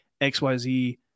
XYZ